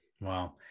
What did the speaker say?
Wow